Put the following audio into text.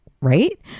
right